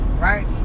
Right